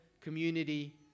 community